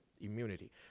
immunity